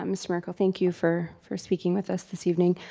um mr. miracle, thank you for for speaking with us this evening.